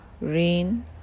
rain